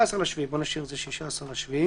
נשאיר את זה 16 ביולי.